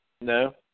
No